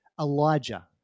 Elijah